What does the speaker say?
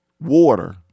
water